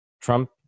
trump